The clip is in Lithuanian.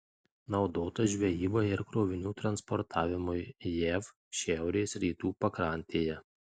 naudotas žvejybai ir krovinių transportavimui jav šiaurės rytų pakrantėje